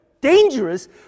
Dangerous